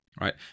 right